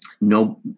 no